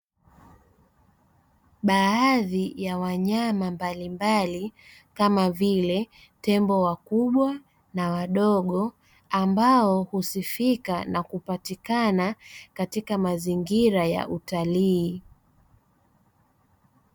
Baadhi ya wanyama mbalimbali kama vile tembo wakubwa na wadogo, ambao husifika na kupatikana katika mazingira ya utalii.